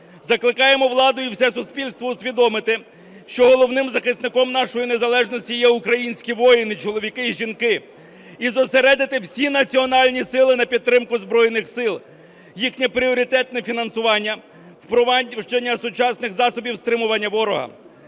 Закликаємо владу і все суспільство усвідомити, що головним захисником нашої незалежності є українські воїни – чоловіки і жінки – і зосередити всі національні сили на підтримку Збройних Сил, їхнє пріоритетне фінансування, впровадження сучасних засобів стримування ворога.